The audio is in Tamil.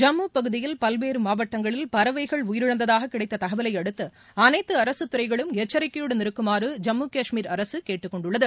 ஜம்முபகுதியில் பல்வேறுமாவட்டங்களில் பறவைகள் உயிரிழந்ததாககிடைத்ததகவலையடுத்து அனைத்துஅரசுத்துறைகளும் எச்சரிக்கையுடன் இருக்குமாறு ஜம்முகாஷ்மீர் அரசுகேட்டுக்கொண்டுள்ளது